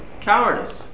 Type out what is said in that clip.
cowardice